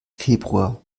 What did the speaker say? februar